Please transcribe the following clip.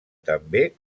també